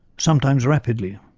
sometimes rapidly.